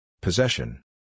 Possession